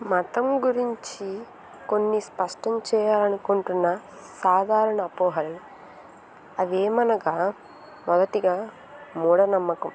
మతం గురించి కొన్ని స్పష్టం చేయాలనుకుంటున్నా సాధారణ అపోహలు అవేమనగా మొదటిగా మూఢనమ్మకం